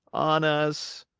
on us.